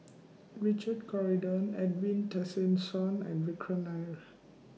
Richard Corridon Edwin Tessensohn and Vikram Nair